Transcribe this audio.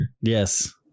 yes